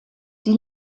die